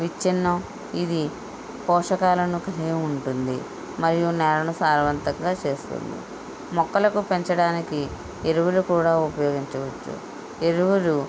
విచ్చిన్నం ఇది పోషకాలను కలిగి ఉంటుంది మరియు నేలను సారవంతంగా చేస్తుంది మొక్కలకు పెంచడానికి ఎరువులు కూడా ఉపయోగించవచ్చు ఎరువులు